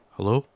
Hello